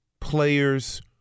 players